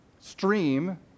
stream